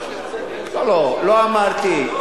לא לא, לא אמרתי.